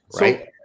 right